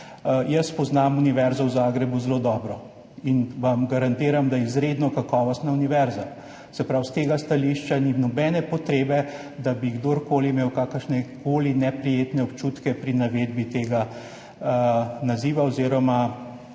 jaz poznam univerzo v Zagrebu zelo dobro in vam garantiram, da je izredno kakovostna univerza. Se pravi, s tega stališča ni nobene potrebe, da bi kdorkoli imel kakršnekoli neprijetne občutke pri navedbi tega naziva oziroma